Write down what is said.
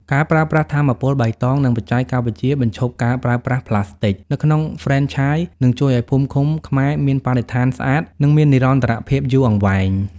ការប្រើប្រាស់ "ថាមពលបៃតង និងបច្ចេកវិទ្យាបញ្ឈប់ការប្រើប្រាស់ផ្លាស្ទិក" នៅក្នុងហ្វ្រេនឆាយ នឹងជួយឱ្យភូមិឃុំខ្មែរមានបរិស្ថានស្អាត និងមាននិរន្តរភាពយូរអង្វែង។